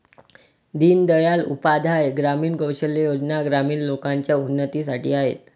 दीन दयाल उपाध्याय ग्रामीण कौशल्या योजना ग्रामीण लोकांच्या उन्नतीसाठी आहेत